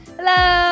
Hello